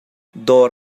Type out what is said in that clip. dawr